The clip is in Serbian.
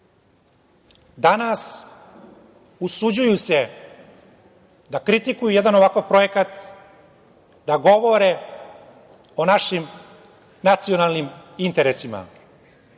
danas se usuđuju da kritikuju jedan ovakav projekat, da govore o našim nacionalnim interesima. Ja